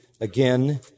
again